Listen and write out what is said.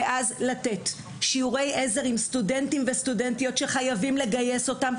ואז לתת שיעורי עזר עם סטודנטים וסטודנטיות שחייבים לגייס אותם,